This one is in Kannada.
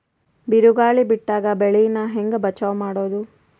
ಬಿರುಗಾಳಿ ಬಿಟ್ಟಾಗ ಬೆಳಿ ನಾ ಹೆಂಗ ಬಚಾವ್ ಮಾಡೊದು?